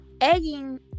egging